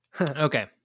okay